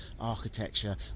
architecture